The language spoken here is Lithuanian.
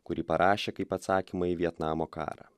kurį parašė kaip atsakymą į vietnamo karą